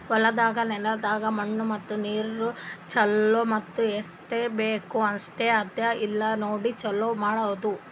ಹೊಲದ ನೆಲದಾಗ್ ಮಣ್ಣು ಮತ್ತ ನೀರು ಛಲೋ ಮತ್ತ ಎಸ್ಟು ಬೇಕ್ ಅಷ್ಟೆ ಅದಾ ಇಲ್ಲಾ ನೋಡಿ ಛಲೋ ಮಾಡದು